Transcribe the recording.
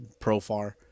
Profar